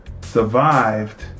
survived